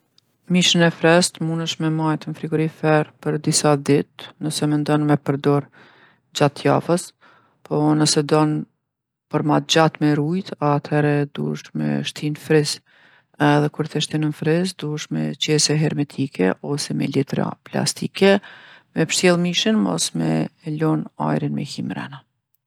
Mishin e freskt munesh me majtë n'frigorifer për disa ditë nëse mendon me përdorë gjatë javës. Po nëse don për ma gjatë me rujtë, athere duhesh me shti n'friz edhe kur te shtin ën friz duhesh me qese hermetike ose me letra plastike me pshtjellë mishin mos me e lon ajrin me hi mrena.